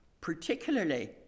particularly